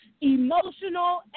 emotional